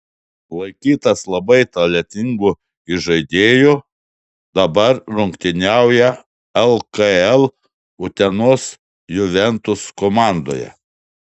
laikytas labai talentingu įžaidėju dabar rungtyniauja lkl utenos juventus komandoje